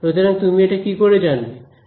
সুতরাং তুমি এটা কি করে জানবে